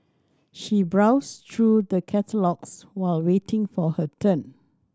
she browsed through the catalogues while waiting for her turn